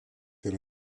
yra